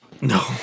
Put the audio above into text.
No